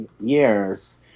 years